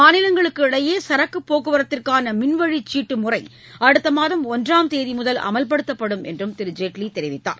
மாநிலங்களுக்கு இடையே சரக்கு போக்குவரத்திற்கான மின்வழிச் சீட்டு முறை அடுத்த மாதம் தேதி ஒன்றாம் முதல் அமல்படுத்தப்படும் என்றும் திரு ஜேட்லி தெரிவித்தார்